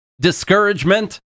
discouragement